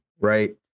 right